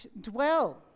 dwell